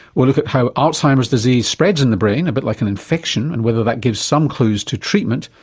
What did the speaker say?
we'll look at how alzheimer's disease spreads in the brain a bit like an infection, and whether that gives some clues to treatment.